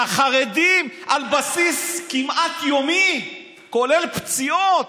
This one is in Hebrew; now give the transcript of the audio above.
לחרדים, על בסיס כמעט יומי, כולל פציעות.